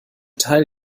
teil